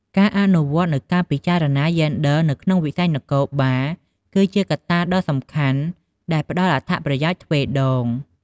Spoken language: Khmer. ការអនុវត្តនូវការពិចារណាយេនឌ័រនៅក្នុងវិស័យនគរបាល គឺជាកត្តាដ៏សំខាន់ដែលផ្តល់អត្ថប្រយោជន៍ទ្វេដង។